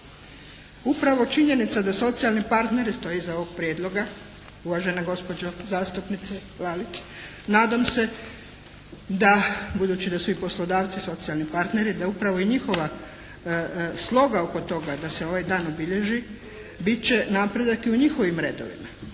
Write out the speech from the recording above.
Upravo činjenica da socijalni partner stoji iza ovog Prijedloga, uvažena gospođo zastupnice Lalić, nadam se da budući da su i poslodavci socijalni partneri, da upravo i njihova sloga oko toga da se ovaj dan obilježi bit će napredak i u njihovim redovima.